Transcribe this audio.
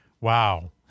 Wow